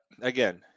again